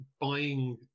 buying